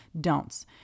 don'ts